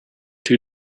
two